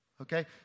Okay